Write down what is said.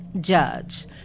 judge